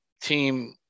team